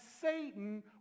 Satan